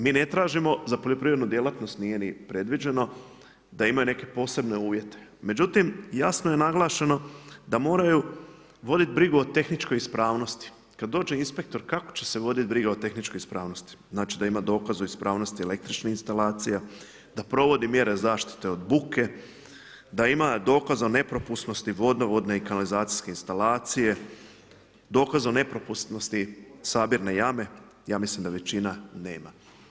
Mi ne tražimo za poljoprivrednu djelatnost nije ni predviđeno da imaju neke posebne uvjete, međutim jasno je naglašeno da moraju voditi brigu o tehničkoj ispravnosti, kada dođe inspektor kako će se voditi briga o tehničkoj ispravnosti, znači da ima dokaz o ispravnosti električnih instalacija, da provodi mjere zaštite od buke, da ima dokaz o nepropusnosti vodovodne i kanalizacijske instalacije, dokaz o nepropusnosti sabirne jame, ja mislim da većina nema.